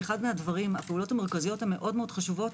ואחת הפעולות המרכזיות המאוד חשובות